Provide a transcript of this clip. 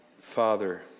Father